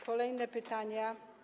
Kolejne pytania.